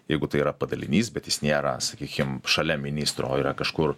jeigu tai yra padalinys bet jis nėra sakykim šalia ministro o yra kažkur